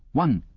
one,